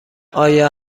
آیا